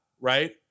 right